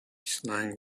slang